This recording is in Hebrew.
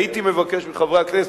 הייתי מבקש מחברי הכנסת,